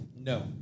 No